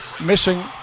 missing